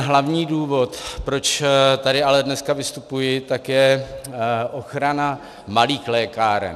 Hlavní důvod, proč tady ale dneska vystupuji, je ochrana malých lékáren.